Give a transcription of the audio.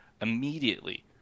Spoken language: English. immediately